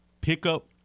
pickup